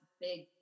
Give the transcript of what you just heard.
big